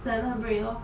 celebrate lor